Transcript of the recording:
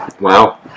Wow